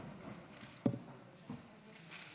חברות וחברי הכנסת,